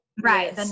right